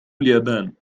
اليابان